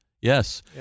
Yes